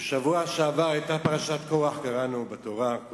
בשבוע שעבר קראנו בתורה את פרשת קורח,